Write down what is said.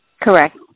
Correct